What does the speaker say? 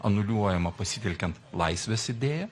anuliuojama pasitelkiant laisvės idėją